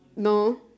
no